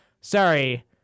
Sorry